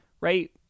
right